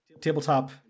tabletop